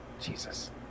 jesus